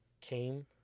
came